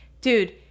dude